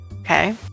Okay